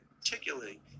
particularly